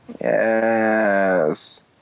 Yes